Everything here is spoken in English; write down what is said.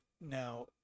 now